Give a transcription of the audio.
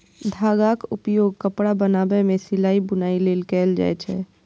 धागाक उपयोग कपड़ा बनाबै मे सिलाइ, बुनाइ लेल कैल जाए छै